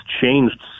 changed